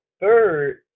third